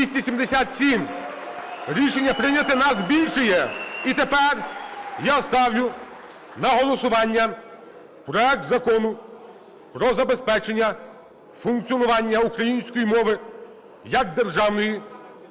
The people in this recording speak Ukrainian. За-277 Рішення прийнято. Нас більшає. І тепер я ставлю на голосування проект Закону "Про забезпечення функціонування української мови як державної"